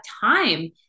time